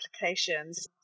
applications